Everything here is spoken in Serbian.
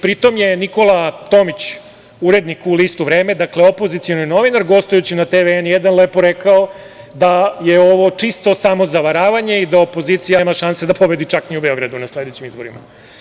Pri tome je Nikola Tomić, urednik u Listu „Vreme“, dakle opozicioni novinar, gostujući na TV N1, lepo rekao da je ovo čisto samozavaravanje i da opozicija nema šanse da pobedi čak ni u Beogradu na sledećim izborima.